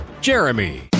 Jeremy